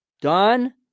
done